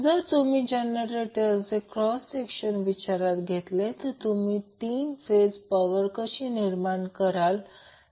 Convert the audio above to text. जर तुम्ही जनरेटरचे क्रॉस सेक्शन विचारात घेतले तर तुम्ही 3 फेज पॉवर कशी निर्माण कराल